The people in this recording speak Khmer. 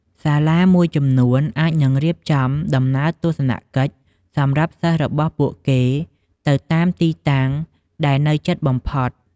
សាលាមួយចំនួនអាចនឹងរៀបចំដំណើរទស្សនកិច្ចសម្រាប់សិស្សរបស់ពួកគេទៅតាមទីតាំងដែលនៅជិតបំផុត។